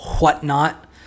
whatnot